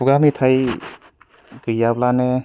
खुगा मेथाय गैयाब्लानो